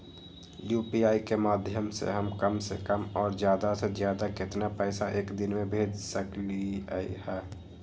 UPI के माध्यम से हम कम से कम और ज्यादा से ज्यादा केतना पैसा एक दिन में भेज सकलियै ह?